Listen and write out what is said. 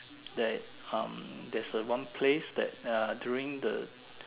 that um there's a one place that uh during the